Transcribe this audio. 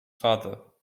father